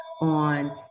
on